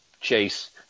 chase